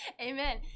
Amen